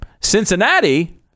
Cincinnati